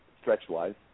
stretch-wise